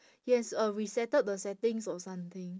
he has uh resetted the settings or something